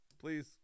Please